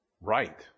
right